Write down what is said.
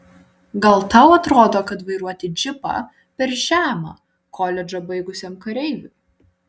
gal tau atrodo kad vairuoti džipą per žema koledžą baigusiam kareiviui